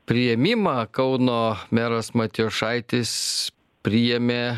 priėmimą kauno meras matijošaitis priėmė